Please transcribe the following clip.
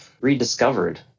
rediscovered